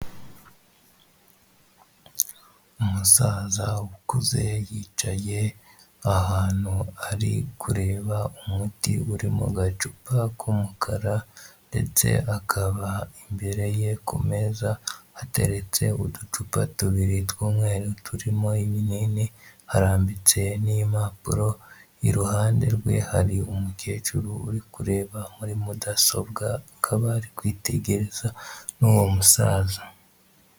Umusaza ukuze yicaye ahantu ari kureba umuti uri mu gacupa k'umukara ndetse akaba imbere ye ku meza ateretse uducupa tubiri twumweru turimo iminini harambitse n'impapuro iruhande rwe hari umukecuru uri kureba muri mudasobwa akaba ari kwitegereza n'uwo musaza.